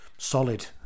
solid